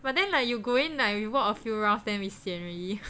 but then like you going like we walk a few rounds then we sian already